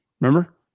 Remember